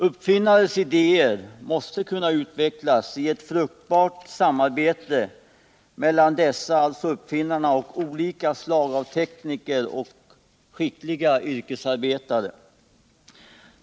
Uppfinnares idéer måste kunna utvecklas i ett fruktbart samarbete mellan uppfinnarna själva och olika slag av tekniker och skickliga yrkesarbetare.